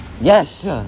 Yes